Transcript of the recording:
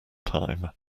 time